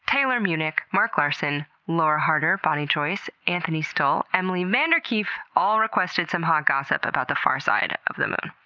taylor munich, mark larsen, lauren harter, bonnie joyce, anthony stull, emily vandekieft, all requested some hot gossip about the far side of the moon.